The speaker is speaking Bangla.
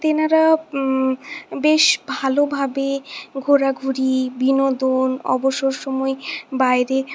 তেনারা বেশ ভালোভাবে ঘোরাঘুরি বিনোদন অবসর সময়ে বাইরে